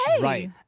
right